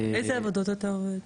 איזה עבודות אתה עובד?